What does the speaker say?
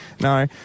no